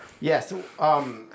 Yes